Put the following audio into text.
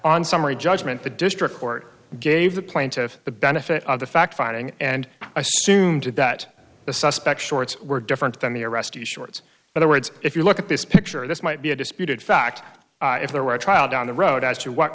on summary judgment the district court gave the plaintiff the benefit of the fact finding and assumed that the suspect shorts were different than the arrestee shorts other words if you look at this picture this might be a disputed fact if there were a trial down the road as to what